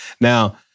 Now